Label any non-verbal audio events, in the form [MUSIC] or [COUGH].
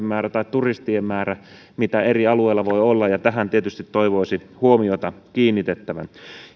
[UNINTELLIGIBLE] määrä tai turistien määrä mitä eri alueilla voi olla ja tähän tietysti toivoisin huomiota kiinnitettävän